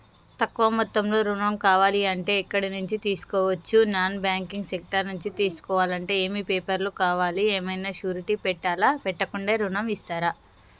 తక్కువ మొత్తంలో ఋణం కావాలి అంటే ఎక్కడి నుంచి తీసుకోవచ్చు? నాన్ బ్యాంకింగ్ సెక్టార్ నుంచి తీసుకోవాలంటే ఏమి పేపర్ లు కావాలి? ఏమన్నా షూరిటీ పెట్టాలా? పెట్టకుండా ఋణం ఇస్తరా?